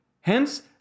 Hence